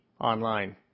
online